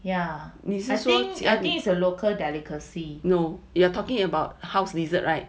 no you are talking about house lizard right